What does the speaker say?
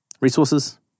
resources